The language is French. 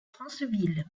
franceville